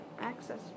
access